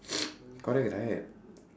correct right